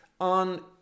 on